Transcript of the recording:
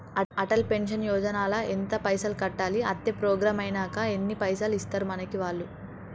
Atal pension Yojana ల ఎంత పైసల్ కట్టాలి? అత్తే ప్రోగ్రాం ఐనాక ఎన్ని పైసల్ ఇస్తరు మనకి వాళ్లు?